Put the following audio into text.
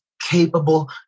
capable